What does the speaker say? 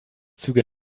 züge